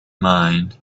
mind